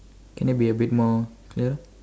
can you be a bit more clear